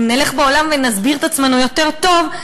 אם נלך בעולם ונסביר את עצמנו יותר טוב,